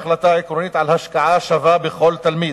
צריך לקבל החלטה עקרונית על השקעה שווה בכל תלמיד.